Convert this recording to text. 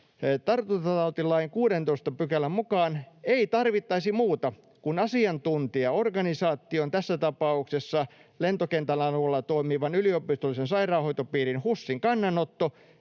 tartuntatautilain 16 §:n mukaan ei tarvittaisi muuta kuin asiantuntijaorganisaation — tässä tapauksessa lentokentän alueella toimivan yliopistollisen sairaanhoitopiirin HUSin — kannanotto